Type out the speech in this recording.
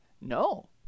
no